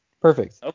Perfect